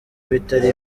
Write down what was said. bitari